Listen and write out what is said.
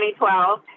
2012